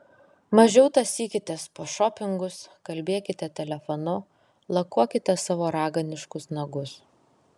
mažiau tąsykitės po šopingus kalbėkite telefonu lakuokite savo raganiškus nagus